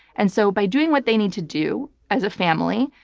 and so by doing what they need to do as a family,